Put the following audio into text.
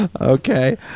Okay